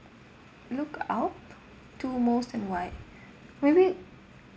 look up to most and why maybe